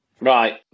Right